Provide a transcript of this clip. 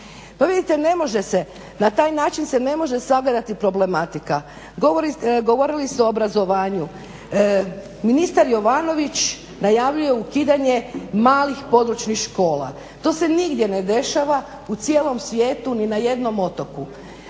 ne može se, na taj način se ne može sagledati problematika. Govorili ste o obrazovanju. Ministar Jovanović najavljuje ukidanje malih područnih škola. To se nigdje ne dešava u cijelom svijetu ni na jednom otoku.